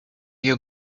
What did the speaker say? you